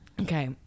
Okay